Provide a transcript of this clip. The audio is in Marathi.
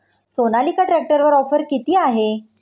सोनालिका ट्रॅक्टरवर ऑफर किती आहे?